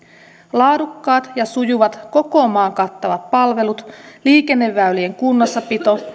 laadukkaat ja sujuvat koko maan kattavat palvelut liikenneväylien kunnossapito